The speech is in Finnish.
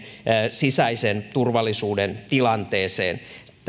sisäisen turvallisuuden tilanteeseen